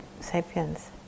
sapiens